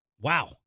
Wow